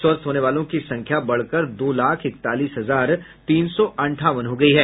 स्वस्थ होने वालों की संख्या बढ़कर दो लाख इकतालीस हजार तीन सौ अंठावन हो गयी है